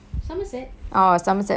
oh somerset okay ya can